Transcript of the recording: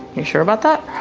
you sure about that.